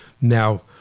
now